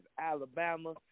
Alabama